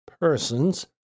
Persons